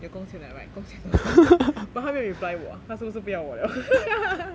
有工钱的 right 工钱多少 but 他没有 reply 我他是不是不要我 liao